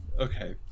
okay